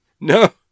No